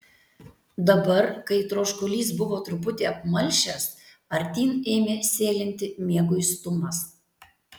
dabar kai troškulys buvo truputį apmalšęs artyn ėmė sėlinti mieguistumas